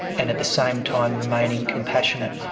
and at the same time remaining compassionate.